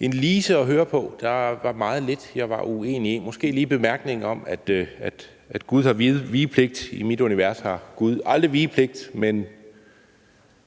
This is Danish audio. en lise at høre på. Der var meget lidt, jeg var uenig i – måske kun lige bemærkningen om, at Gud har vigepligt. I mit univers har Gud aldrig vigepligt, men